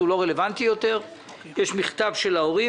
לא רלוונטי יותר כי יש מכתב של ההורים.